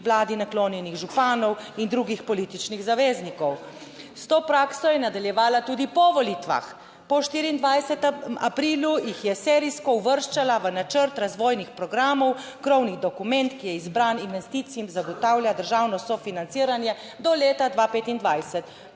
vladi naklonjenih županov in drugih političnih zaveznikov. S to prakso je nadaljevala tudi po volitvah. Po 24. aprilu jih je serijsko uvrščala v načrt razvojnih programov, krovni dokument, ki je izbran investicijam zagotavlja državno sofinanciranje do leta 2025.